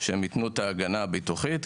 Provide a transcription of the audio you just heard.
שייתנו את ההגנה הביטוחית.